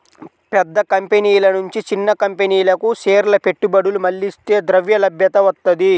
పెద్ద కంపెనీల నుంచి చిన్న కంపెనీలకు షేర్ల పెట్టుబడులు మళ్లిస్తే ద్రవ్యలభ్యత వత్తది